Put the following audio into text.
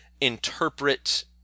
interpret